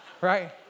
right